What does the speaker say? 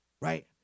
Right